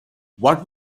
what